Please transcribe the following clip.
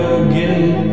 again